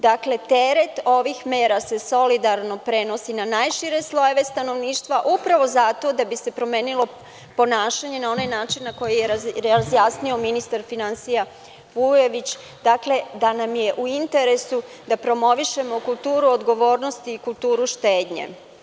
Dakle, teret ovih mera se solidarno prenosi na najšire slojeve stanovništva upravno zato da bi se promenilo ponašanje na onaj način na koji je razjasnio ministar finansija, Vujović, da nam je u interesu da promovišemo kulturu odgovornosti i kulturu štednje.